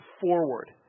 forward